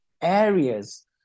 areas